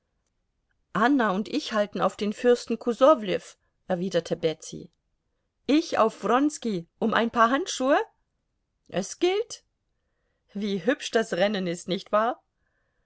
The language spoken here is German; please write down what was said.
anna und ich halten auf den fürsten kusowlew erwiderte betsy ich auf wronski um ein paar handschuhe es gilt wie hübsch das rennen ist nicht wahr